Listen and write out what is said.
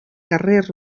carrer